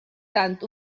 tant